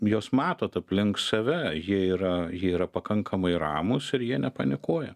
juos matot aplink save jie yra jie yra pakankamai ramūs ir jie nepanikuoja